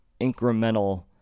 incremental